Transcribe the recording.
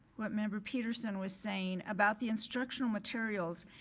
what member petersen was saying about the instructional materials.